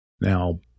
Now